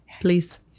please